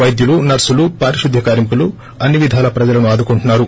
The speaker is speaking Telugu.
వైద్యులు నర్సులు పారిశుధ్య కార్మికులు అన్ని విధాలా ప్రజలను ఆదుకుంటున్నారు